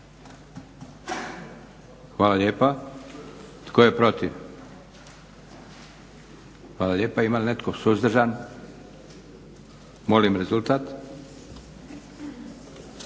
Hvala lijepa. Tko je protiv? Hvala lijepa. Ima li netko suzdržan? Molim rezultat.